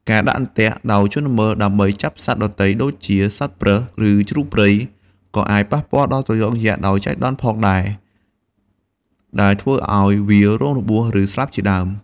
ការដាក់អន្ទាក់ដោយជនល្មើសដើម្បីចាប់សត្វដទៃ ដូចជាសត្វប្រើស ឬជ្រូកព្រៃ ក៏អាចប៉ះពាល់ដល់ត្រយងយក្សដោយចៃដន្យផងដែរ ដែលធ្វើឲ្យវារងរបួស ឬស្លាប់ជាដើម។